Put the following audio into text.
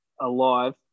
alive